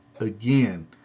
again